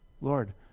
Lord